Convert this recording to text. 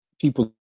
people